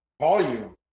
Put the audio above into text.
volume